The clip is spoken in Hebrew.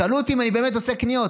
שאלו אותי אם אני באמת עושה קניות.